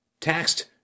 taxed